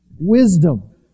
Wisdom